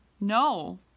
No